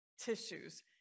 tissues